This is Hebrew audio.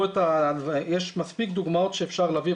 יש מספיק דוגמאות שאפשר להביא,